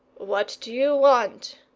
what do you want?